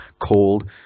cold